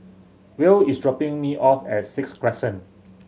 Will is dropping me off at Sixth Crescent